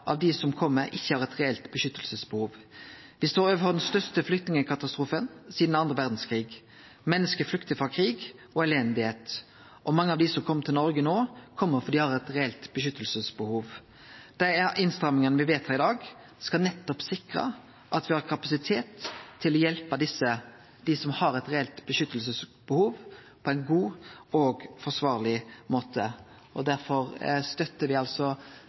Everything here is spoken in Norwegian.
står overfor den største flyktningkatastrofen sidan den andre verdskrigen. Menneske flyktar frå krig og elende. Mange av dei som kjem til Noreg no, kjem fordi dei har eit reelt behov for beskyttelse. Dei innstrammingane me vedtar i dag, skal nettopp sikre at me har kapasitet til å hjelpe dei som har eit reelt behov for beskyttelse, på ein god og forsvarleg måte. Derfor støttar